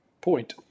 point